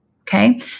Okay